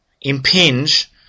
impinge